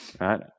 right